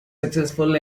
successful